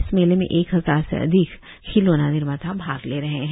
इस मेले में एक हजार से अधिक खिलौना निर्माता भाग ले रहे हैं